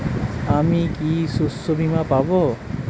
আমি কি শষ্যবীমা পাব?